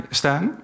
staan